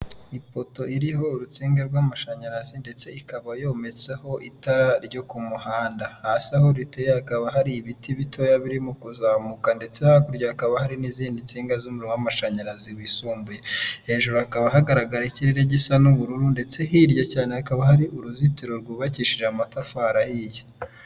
Ipoto iriho urutsinga rw'amashanyarazi ndetse ikaba yometseho itara ryo k'umuhanda, hasi aho riteye hakaba hari ibiti bitoya biririmo kuzamuka ndetse hakurya hakaba hari n'izindi nsinga z'umuriro w'amashanyarazi wisumbuye, hejuru hakaba hagaragara ikirere gisa n'ubururu ndetse hirya cyane hakaba hari uruzitiro rwubakishije amatafari arahiye.